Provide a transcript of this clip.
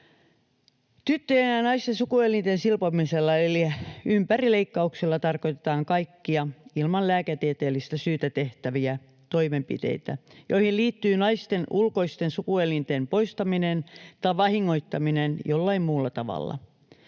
Tyttöjen ja naisten sukuelinten silpomisella eli ympärileikkauksella tarkoitetaan kaikkia ilman lääketieteellistä syytä tehtäviä toimenpiteitä, joihin liittyy naisten ulkoisten sukuelinten poistaminen tai vahingoittaminen jollain muulla tavalla.